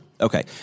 Okay